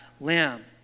lamb